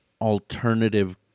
alternative